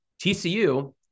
tcu